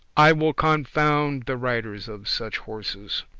i will confound the riders of such horses.